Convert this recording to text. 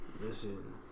Listen